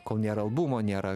kol nėra albumo nėra